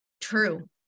True